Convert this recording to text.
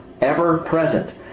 ever-present